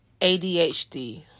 ADHD